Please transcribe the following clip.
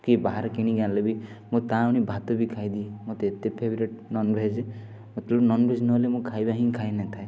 କି ବାହାରୁ କିଣି ଆଣିଲେ ବି ମୁଁ ତା' ଆଣି ଭାତ ବି ଖାଇଦିଏ ମୋତେ ଏତେ ଫେବ୍ରେଟ୍ ନନଭେଜ୍ ମୋର ଟିକିଏ ନନଭେଜ୍ ନହେଲେ ମୁଁ ଖାଇବା ହିଁ ଖାଇନଥାଏ